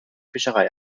fischerei